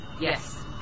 Yes